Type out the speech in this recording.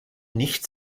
nicht